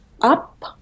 Up